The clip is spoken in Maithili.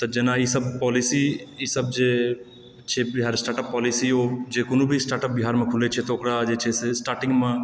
तऽ जेना ई सब पॉलिसी ई सब जे छै बिहार स्टार्टअप पॉलिसी ओ जे कोनो भी स्टार्टअप बिहारमे खुलै छै तऽ ओकरा जे छै स्टार्टिङ्गमे